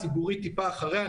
הציבורית טיפה אחריה.